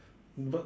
but